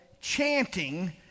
chanting